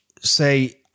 Say